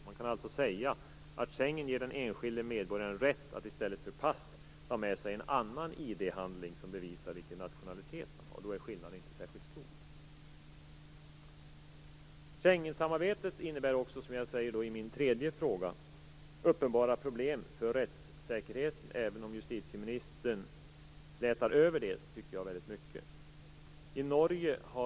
Man kan alltså säga att Schengenavtalet ger den enskilde medborgaren rätt att i stället för pass ha med sig en annan ID-handling som bevisar vilken nationalitet han har. Skillnaden är inte särskilt stor. Schengensamarbetet innebär också uppenbara problem för rättssäkerheten, även om justitieministern slätar över det. Det tar jag också upp i min tredje fråga i interpellationen.